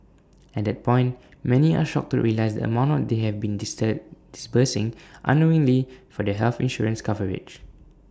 at that point many are shocked to realise the amount they have been disbursing unknowingly for their health insurance coverage